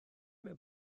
mewn